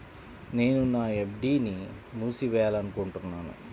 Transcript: నేను నా ఎఫ్.డీ ని మూసివేయాలనుకుంటున్నాను